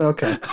Okay